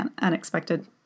unexpected